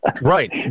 Right